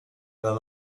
the